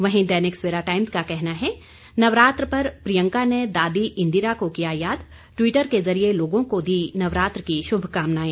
वहीं दैनिक सवेरा टाइम्स का कहना है नवरात्र पर प्रियंका ने दादी इंदिरा को किया याद ट्वीटर के जरिए लोगों को दी नवरात्र की शुभकामनाएं